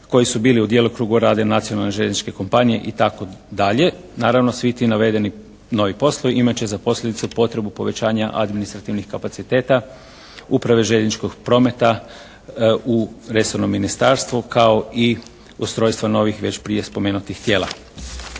koji su bili u djelokrugu rada nacionalne željezničke kompanije itd. Naravno, svi ti navedeni novi poslovi imat će za posljedicu potrebu povećanja administrativnih kapaciteta Uprave željezničkog prometa u resornom ministarstvu kao i ustrojstvo novih već prije spomenutih tijela.